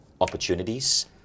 opportunities